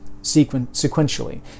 sequentially